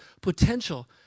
potential